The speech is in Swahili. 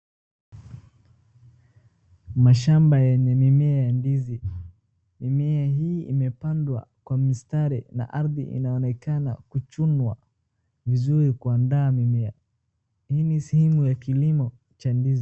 Mashamba yenye mimea ndizi. Mimea hii imepandwa kwa mistari na ardhi inaonekana kuchunwa vizuri kuandaa mimea. Hii ni sehemu ya kilimo cha ndizi.